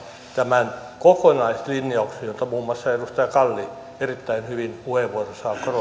tämän kokonaislinjauksen mukaista jota muun muassa edustaja kalli erittäin hyvin puheenvuorossaan korosti